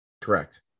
Correct